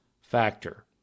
factor